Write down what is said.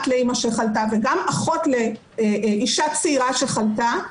לאמא שחלתה וגם אחות לאשה צעירה שחלתה,